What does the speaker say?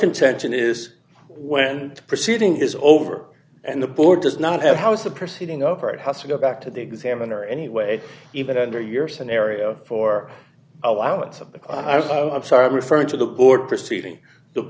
contention is when proceeding is over and the board does not have how is the proceeding over it has to go back to the examiner anyway even under your scenario for allowance i'm sorry referring to the board proceeding the